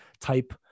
type